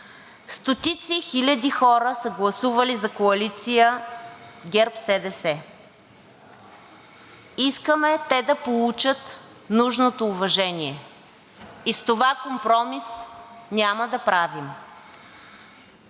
Стотици хиляди хора са гласували за Коалиция ГЕРБ-СДС, искаме те да получат нужното уважение и с това компромис няма да правим.